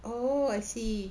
oh I see